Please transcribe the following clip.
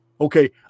Okay